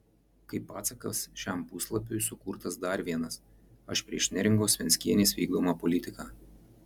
kaip atsakas šiam puslapiui sukurtas dar vienas aš prieš neringos venckienės vykdomą politiką